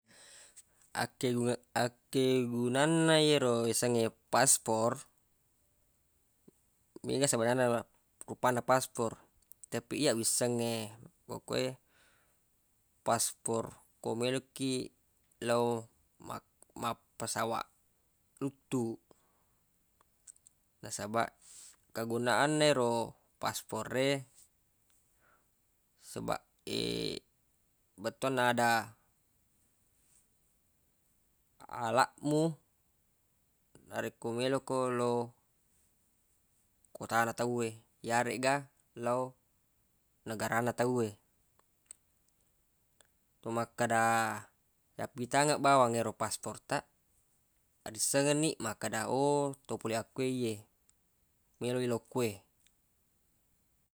Akkegunge- akkegunanna yero yasengnge paspor mega sebenar na rupanna paspor tapi iyyaq wissengnge kukue paspor ko meloqkki lao mappasawaq luttu nasabaq kegunaanna ero pasporre sebaq bettuanna ada alaq mu narekko meloq ko lo kotana tawwe yaregga lau negara na tawwe to makkeda yappitangeng bawang ero paspor taq madissengenni makkeda oh to pole akke ye melo lau kuwe.